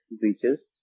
breaches